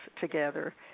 together